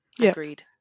Agreed